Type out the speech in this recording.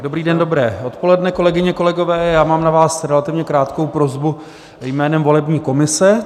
Dobrý den, dobré odpoledne, kolegyně, kolegové, já mám na vás relativně krátkou prosbu jménem volební komise.